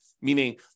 meaning